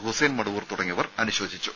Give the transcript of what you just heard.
ഹുസൈൻ മടവൂർ തുടങ്ങിയവർ അുശോചിച്ചു